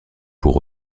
pour